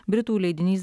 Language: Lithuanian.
britų leidinys